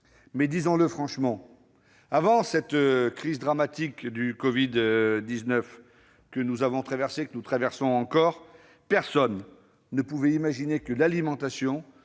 Mais, soyons honnêtes, avant cette crise dramatique du covid-19, que nous avons traversée et que nous traversons encore, nul ne pouvait imaginer que l'alimentation